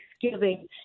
Thanksgiving